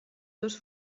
dos